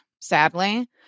Sadly